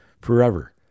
forever